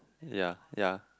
ya ya